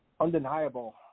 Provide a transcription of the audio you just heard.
undeniable